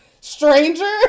stranger